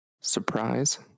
surprise